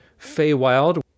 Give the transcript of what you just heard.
Feywild